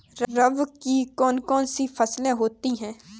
रबी की कौन कौन सी फसलें होती हैं?